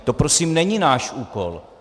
To prosím není náš úkol.